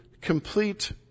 complete